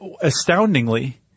astoundingly